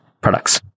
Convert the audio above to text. products